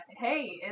hey